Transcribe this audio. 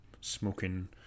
smoking